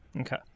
Okay